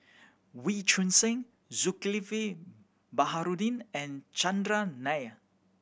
Wee Choon Seng Zulkifli Baharudin and Chandran Nair